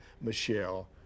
Michelle